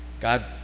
God